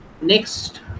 next